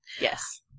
Yes